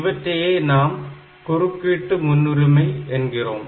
இவற்றையே நாம் குறுக்கீட்டு முன்னுரிமை என்கிறோம்